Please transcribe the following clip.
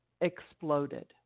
exploded